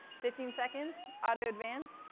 fifteen seconds, auto-advance.